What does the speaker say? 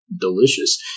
delicious